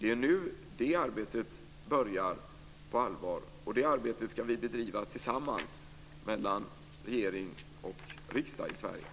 Det är nu det arbetet börjar på allvar, och det arbetet ska regering och riksdag bedriva tillsammans i